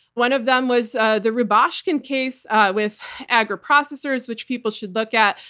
one of them was the rubashkin case with agriprocessors, which people should look at,